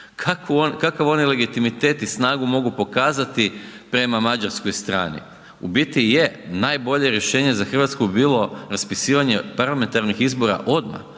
Kakav oni legitimitet i snagu mogu pokazati prema mađarskoj strani? U biti je, najbolje rješenje za RH bi bilo raspisivanje parlamentarnih izbora odmah,